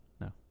No